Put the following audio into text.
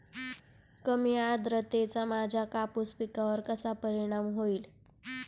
कमी आर्द्रतेचा माझ्या कापूस पिकावर कसा परिणाम होईल?